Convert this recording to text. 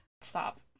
Stop